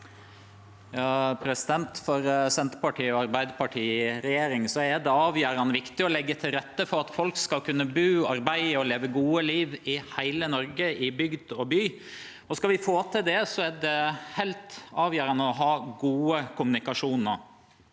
For Senterpartiet og Arbeidarpartiet i regjering er det avgjerande viktig å leggje til rette for at folk skal kunne bu, arbeide og leve eit godt liv i heile Noreg, i bygd og by. Skal vi få til det, er det heilt avgjerande å ha gode kommunikasjonar